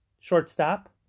shortstop